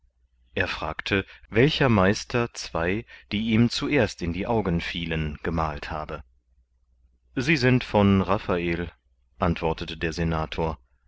er fragte welcher meister zwei die ihm zuerst in die augen fielen gemalt habe sie sind von rafael antwortete der senator